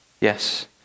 Yes